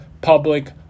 public